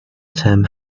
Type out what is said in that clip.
term